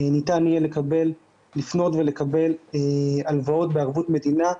ניתן יהיה לפנות ולקבל הלוואות בערבות מדינה,